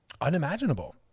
unimaginable